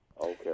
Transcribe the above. Okay